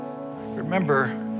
remember